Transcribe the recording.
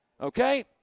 okay